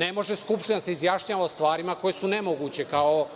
Ne može Skupština da se izjašnjava o stvarima koje su nemoguće, kao